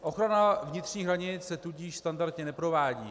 Ochrana vnitřních hranic se tudíž standardně neprovádí.